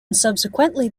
subsequently